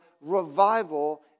revival